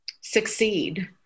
succeed